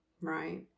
right